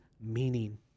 meaning